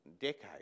decades